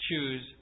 choose